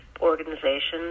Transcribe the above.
organizations